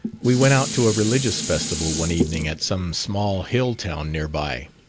we went out to a religious festival one evening at some small hill-town near by.